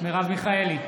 מרב מיכאלי,